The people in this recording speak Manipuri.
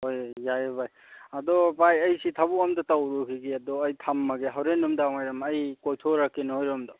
ꯍꯣꯏ ꯌꯥꯏꯑꯦ ꯚꯥꯏ ꯑꯗꯣ ꯚꯥꯏ ꯑꯩꯁꯤ ꯊꯕꯛ ꯑꯃꯇ ꯇꯧꯔꯨꯈꯤꯒꯦ ꯑꯗꯣ ꯑꯩ ꯊꯝꯃꯒꯦ ꯍꯣꯔꯦꯟ ꯅꯨꯃꯤꯗꯥꯡ ꯋꯥꯏꯔꯝ ꯑꯩ ꯀꯣꯏꯊꯣꯔꯛꯀꯦ ꯅꯣꯏꯔꯣꯝꯗ